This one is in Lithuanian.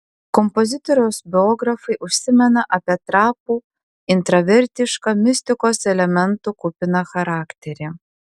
kompozitoriaus biografai užsimena apie trapų intravertišką mistikos elementų kupiną charakterį